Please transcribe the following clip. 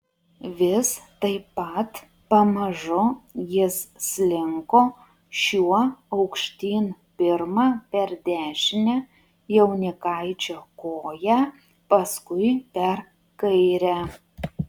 vis taip pat pamažu jis slinko šiuo aukštyn pirma per dešinę jaunikaičio koją paskui per kairę